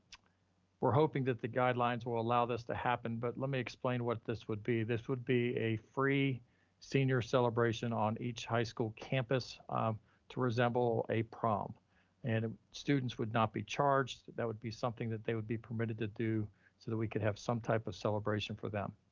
we're hoping that the guidelines will allow this to happen, but let me explain what this would be. this would be a free senior celebration on each high school campus to resemble a prom and students would not be charged. that would be something that they would be permitted to do so that we could have some type of celebration for them.